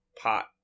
pot